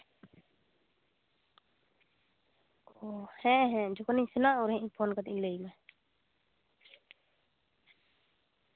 ᱚᱸᱻ ᱦᱮᱸ ᱦᱮᱸ ᱡᱚᱠᱷᱚᱱ ᱦᱟᱸᱜ ᱤᱧ ᱥᱮᱱᱚᱜᱼᱟ ᱩᱱ ᱦᱟᱸᱜ ᱤᱧ ᱯᱷᱳᱱ ᱠᱟᱛᱮ ᱤᱧ ᱞᱟᱹᱭᱟᱢᱟ